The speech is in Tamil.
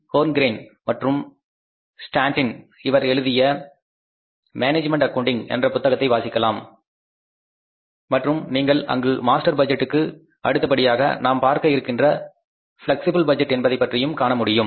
ஹோர்ங்றேன் மற்றும் ஸ்டாண்டின் இவர் எழுதிய "மேனேஜ்மென்ட் அக்கௌன்டிங் " என்ற புத்தகத்தை வாசிக்கலாம் மற்றும் நீங்கள் அங்கு மாஸ்டர் பட்ஜெட்டுக்கு அடுத்தபடியாக நாம் பார்க்க இருக்கின்ற பிளேக்சிபில் பட்ஜெட் என்பதைப் பற்றியும் காண முடியும்